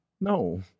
No